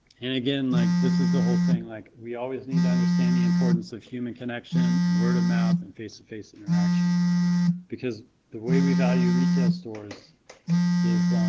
and again like this is the whole thing like we always need to understand the importance of human connection and word-of-mouth and face-to-face interaction because the way we value retail stores is